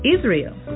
Israel